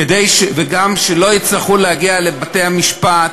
וכדי שלא יצטרכו להגיע לבתי-המשפט,